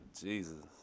Jesus